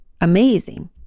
amazing